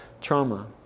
trauma